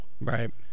Right